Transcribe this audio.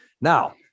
Now